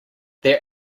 their